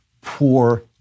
Poor